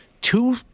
two